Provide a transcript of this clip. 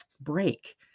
break